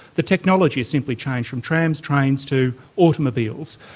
the technology has simply changed from trams, trains to automobiles.